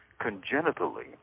congenitally